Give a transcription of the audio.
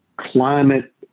climate